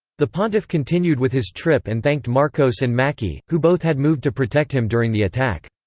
the pontiff continued with his trip and thanked marcos and macchi, who both had moved to protect him during the attack.